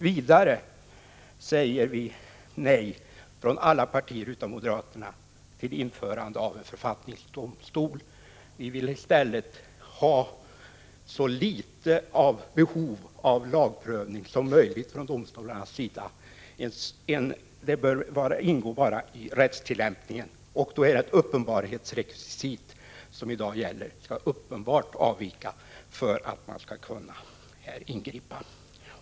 Vidare säger alla partier utom moderaterna nej till införande av en författningsdomstol. Vi vill i stället ha så litet lagprövning som möjligt från domstolarnas sida. Den bör ingå i rättstillämpningen. Det är ett uppenbarhetsrekvisit som i dag gäller: avvikelsen skall vara uppenbar för att man skall kunna ingripa.